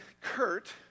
Kurt